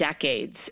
decades